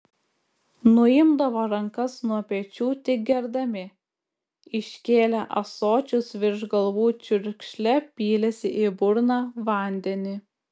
nuimdavo rankas nuo pečių tik gerdami iškėlę ąsočius virš galvų čiurkšle pylėsi į burną vandenį